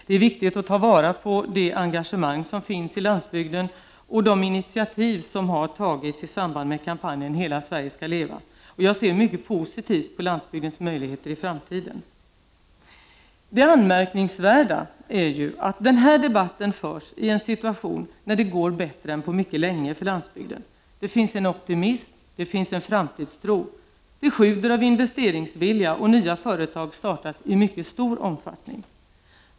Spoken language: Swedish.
Det är viktigt att ta vara på det engagemang som finns i landsbygden och de initiativ som har tagits i samband med kampanjen ”Hela Sverige ska leva”. Jag ser mycket positivt på landsbygdens möjligheter i framtiden. Det anmärkningsvärda är ju att den här debatten förs i en situation när det går bättre än på mycket länge för landsbygden. Det finns en optimism, det finns en framtidstro, det sjuder av investeringsvilja och nya företag startas i stor omfattning.